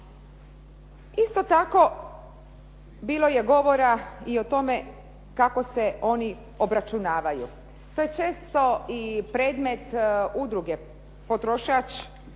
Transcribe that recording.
Isto tako, bilo je govora i o tome kako se oni obračunavaju. To je često i predmet Udruge "Potrošač"